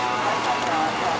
ah